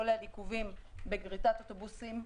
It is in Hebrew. כולל עיכובים בגריטת אוטובוסים,